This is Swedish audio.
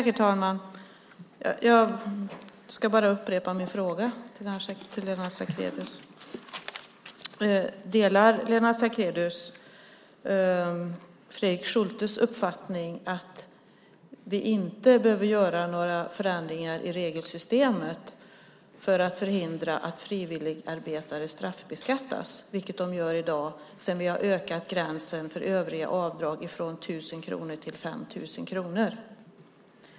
Herr talman! Jag ska upprepa min fråga till Lennart Sacrédeus. Delar Lennart Sacrédeus Fredrik Schultes uppfattning att vi inte behöver göra några förändringar i regelsystemet för att förhindra att frivilligarbetare straffbeskattas, vilket de gör i dag sedan vi har ökat gränsen för övriga avdrag från 1 000 kronor till 5 000 kronor?